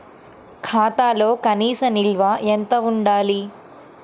ఖాతాలో కనీస నిల్వ ఎంత ఉండాలి?